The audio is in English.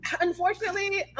Unfortunately